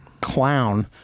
clown